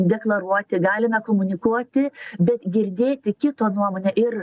deklaruoti galime komunikuoti bet girdėti kito nuomonę ir